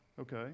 Okay